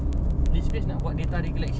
we know what's the complain that is coming